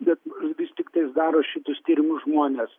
bet vis tiktais daro šitus tyrimus žmonės